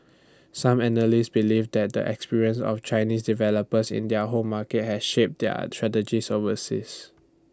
some analysts believe that the experience of Chinese developers in their home market has shaped their strategies overseas